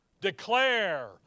declare